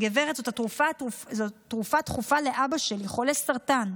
גברת, זאת תרופה דחופה לאבא שלי, חולה סרטן,